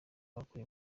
bakora